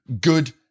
good